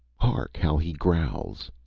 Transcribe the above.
hark how he growls!